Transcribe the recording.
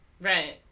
right